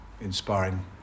inspiring